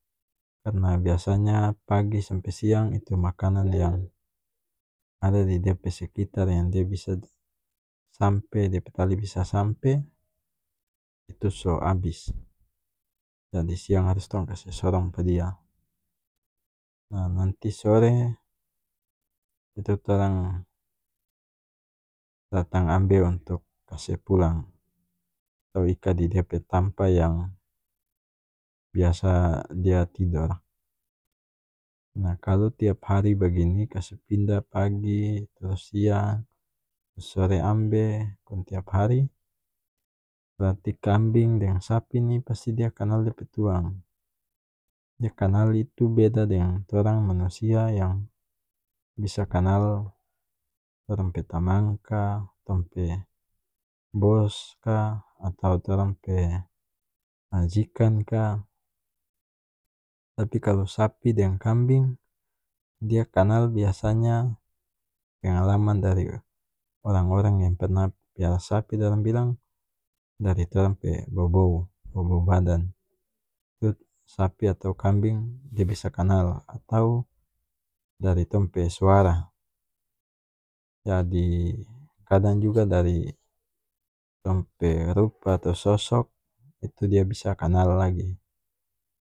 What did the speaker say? Karna biasanya pagi sampe siang itu makanan yang ada di dia pe sekitar yang dia bisa sampe dia pe tali bisa sampe itu so abis jadi siang harus tong kase sorong pa dia nah nanti sore itu torang datang ambe untuk kase pulang tong ika di dia pe tampa yang biasa dia tidor nah kalu tiap hari bagini kase pinda pagi trus siang sore ambe kong tiap hari brarti kambing deng sapi ni pasti dia kanal dia pe tuang dia kanal itu beda deng torang manusia yang bisa kanal torang pe tamang ka tong pe bos ka atau torang pe majikan ka tapi kalu sapi deng kambing dia kanal biasanya pengalaman dari orang orang yang pernah piara sapi dorang bilang dari torang pe bobou bobou badan sapi atau kambing dia bisa kanal atau dari tong pe suara jadi kadang juga dari tong pe rupa atau sosok itu dia bisa kanal lagi